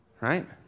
right